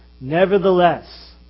Nevertheless